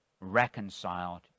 reconciled